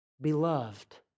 Beloved